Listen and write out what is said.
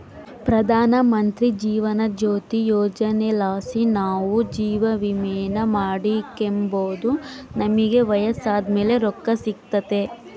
ಪ್ರಧಾನಮಂತ್ರಿ ಜೀವನ ಜ್ಯೋತಿ ಯೋಜನೆಲಾಸಿ ನಾವು ಜೀವವಿಮೇನ ಮಾಡಿಕೆಂಬೋದು ನಮಿಗೆ ವಯಸ್ಸಾದ್ ಮೇಲೆ ರೊಕ್ಕ ಸಿಗ್ತತೆ